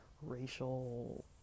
racial